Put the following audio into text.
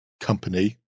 company